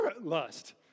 lust